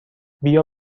بیا